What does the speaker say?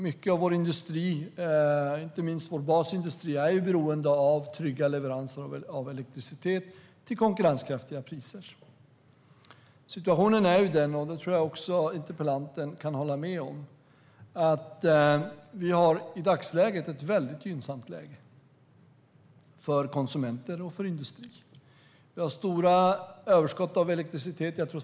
Mycket av vår industri, inte minst basindustrin, är beroende av trygga leveranser av elektricitet till konkurrenskraftiga priser. Situationen är i dagsläget väldigt gynnsam för konsumenter och industrin, och det tror jag att interpellanten kan hålla med om. Vi har stora överskott av elektricitet.